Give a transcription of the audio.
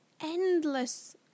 endless